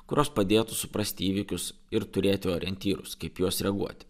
kurios padėtų suprasti įvykius ir turėti orientyrus kaip juos reaguoti